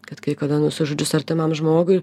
kad kai kada nusižudžius artimam žmogui